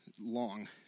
long